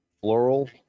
floral